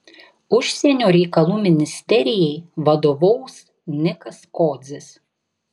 užsienio reikalų ministerijai vadovaus nikas kodzis